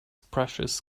precious